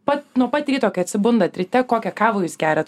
pat nuo pat ryto kai atsibundat ryte kokią kavą jūs geriat